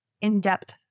in-depth